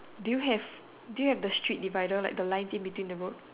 do you have do you have the street divider like the lines in between the road